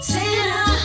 Santa